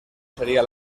sería